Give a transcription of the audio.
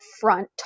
front